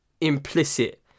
implicit